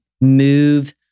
move